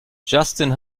justin